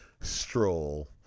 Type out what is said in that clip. stroll